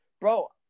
bro-